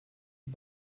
die